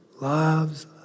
loves